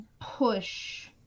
push